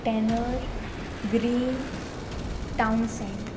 tanner green town Saint